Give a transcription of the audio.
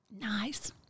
Nice